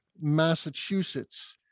Massachusetts